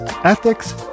ethics